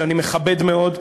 שאני מכבד מאוד,